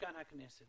במשכן הכנסת.